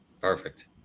Perfect